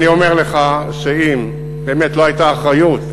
אני אומר לך שאם באמת לא הייתה אחריות,